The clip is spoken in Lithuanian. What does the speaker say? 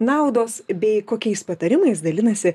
naudos bei kokiais patarimais dalinasi